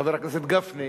חבר הכנסת גפני,